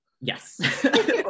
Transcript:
Yes